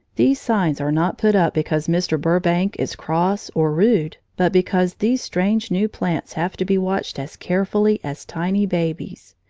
these signs are not put up because mr. burbank is cross or rude, but because these strange new plants have to be watched as carefully as tiny babies.